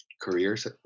careers